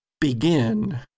begin